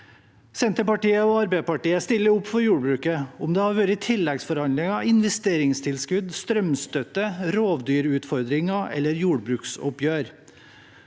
Senterpartiet og Arbeiderpartiet stiller opp for jordbruket – om det er gjennom tilleggsforhandlinger, investeringstilskudd, strømstøtte, rovdyrutfordringer eller jordbruksoppgjør.